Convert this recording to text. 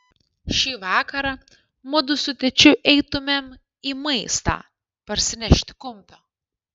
šį vakarą mudu su tėčiu eitumėm į maistą parsinešti kumpio